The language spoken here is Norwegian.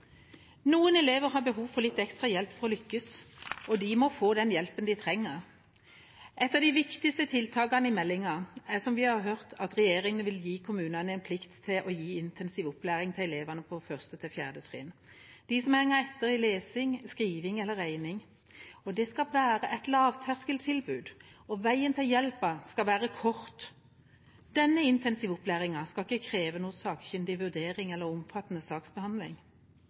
Noen elever har behov for litt ekstra hjelp for lykkes, og de må få den hjelpen de trenger. Et av de viktigste tiltakene i meldinga er som vi har hørt, at regjeringa vil gi kommunene plikt til å gi intensiv opplæring til elevene på første til fjerde trinn, til dem som henger etter i lesing, skriving eller regning. Det skal være et lavterskeltilbud, og veien til hjelpen skal være kort. Denne intensivopplæringen skal ikke kreve noen sakkyndig vurdering eller omfattende saksbehandling,